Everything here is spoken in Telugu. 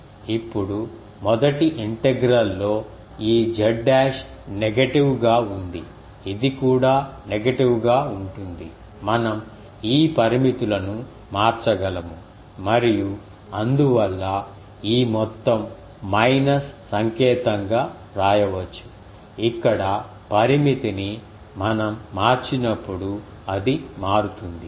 ఇప్పుడు మొదటి ఇంటెగ్రల్ లో ఈ z డాష్ నెగెటివ్ గా ఉంది ఇది కూడా నెగెటివ్ గా ఉంటుంది మనం ఈ పరిమితులను మార్చగలము మరియు అందువల్ల ఈ మొత్తం మైనస్ సంకేతం గా వ్రాయవచ్చు ఇక్కడ పరిమితిని మనం మార్చినప్పుడు అది మారుతుంది